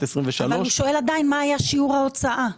23'. אבל הוא שואל עדיין מה היה שיעור ההוצאה?